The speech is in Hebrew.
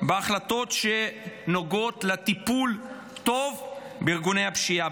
בהחלטות שנוגעות לטיפול טוב בארגוני הפשיעה.